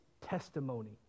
Testimony